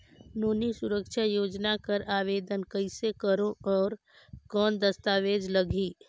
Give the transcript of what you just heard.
नोनी सुरक्षा योजना कर आवेदन कइसे करो? और कौन दस्तावेज लगही?